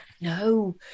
no